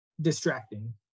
distracting